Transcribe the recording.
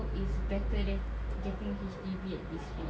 is better than getting a H_D_B at this rate